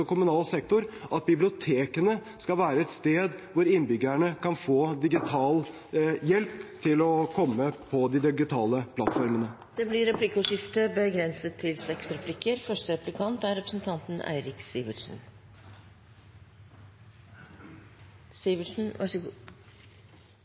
kommunal sektor om at bibliotekene skal være et sted hvor innbyggerne kan få digital hjelp til å komme på de digitale plattformene. Det blir replikkordskifte.